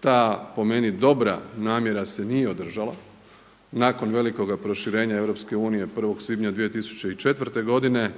ta po meni dobra namjera se nije održala nakon velikoga proširenja EU 1. svibnja 2004. godine